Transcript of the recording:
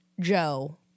Joe